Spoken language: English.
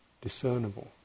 discernible